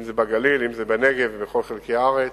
אם בגליל, אם בנגב ובכל חלקי הארץ.